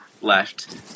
left